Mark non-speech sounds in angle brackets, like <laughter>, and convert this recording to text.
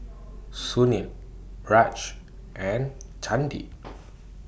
Sunil Raj and Chandi <noise>